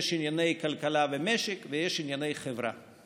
יש ענייני כלכלה ומשק ויש ענייני חברה,